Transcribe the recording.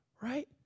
Right